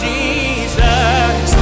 Jesus